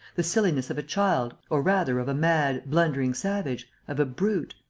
the silliness of a child or rather of a mad, blundering savage, of a brute.